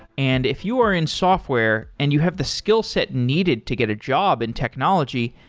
and if you are in software and you have the skillset needed to get a job in technology,